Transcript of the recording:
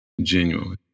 genuinely